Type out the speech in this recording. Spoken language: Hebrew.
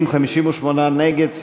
בעד, 60, 58 נגד.